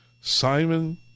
Simon